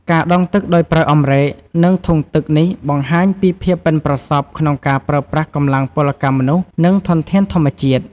ការដងទឹកដោយប្រើអម្រែក និងធុងទឹកនេះបង្ហាញពីភាពប៉ិនប្រសប់ក្នុងការប្រើប្រាស់កម្លាំងពលកម្មមនុស្ស និងធនធានធម្មជាតិ។